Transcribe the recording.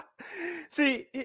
See